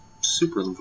super